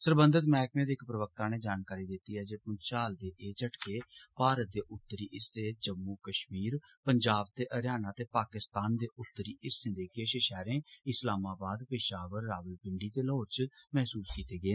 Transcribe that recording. सरबंघत मैहकमे दे इक प्रवक्ता ने जानकारी दिती ऐ जे मूंचाल दे एह् झटके भारत दे उत्तरी हिस्से जम्मू कश्मीर पंजाब ते हरयाणा ते पाकिस्तान दे उतरी हिस्सें दे किश शैहरे इस्लामाबाद पैशावर रावलपिंडी ते लाहौर च मसूस कीते गे